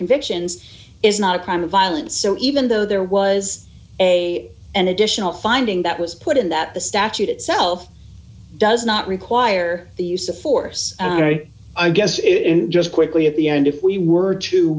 convictions is not a crime of violence so even though there was a an additional finding that was put in that the statute itself does not require the use of force very i guess it is just quickly at the end if we were to